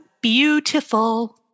beautiful